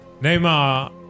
Neymar